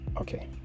Okay